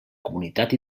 comunitat